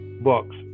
books